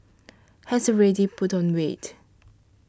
has already put on weight